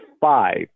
five